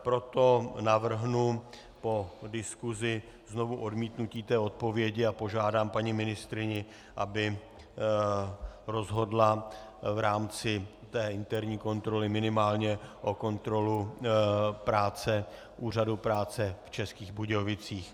Proto navrhnu po diskusi znovu odmítnutí odpovědi a požádám paní ministryni, aby rozhodla v rámci té interní kontroly, minimálně o kontrolu Úřadu práce v Českých Budějovicích.